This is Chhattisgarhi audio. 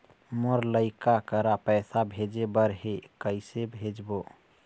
मोर लइका करा पैसा भेजें बर हे, कइसे भेजबो?